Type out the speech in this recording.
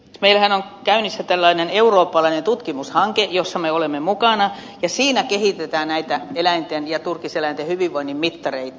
meillähän on käynnissä tällainen eurooppalainen tutkimushanke jossa me olemme mukana ja siinä kehitetään näitä eläinten ja turkiseläinten hyvinvoinnin mittareita